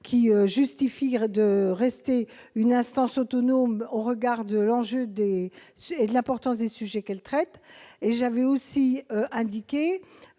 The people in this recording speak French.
qui mérite de rester une instance autonome au regard de l'enjeu et de l'importance des sujets qu'elle traite. J'avais également